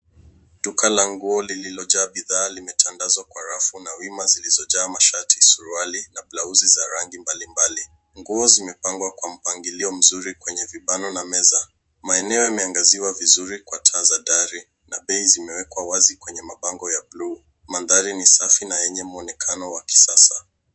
Duka la nguo liliojaa bidhaa limetandazwa kwa rafu na wima zilizojaa mashati, suruali na blausi za rangi mbalimbali. Nguo zimepangwa kwa mpangilio mzuri kwenye vibano na meza. Maeneo yameangaziwa vizuri na taa za dari na bei zimewekwa wazi kwenye mabango ya buluu. Mandhari ni safi na yenye mwonekano wa kisasa.